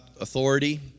authority